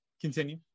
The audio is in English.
Continue